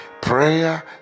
prayer